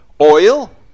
oil